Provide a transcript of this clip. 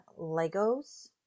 Legos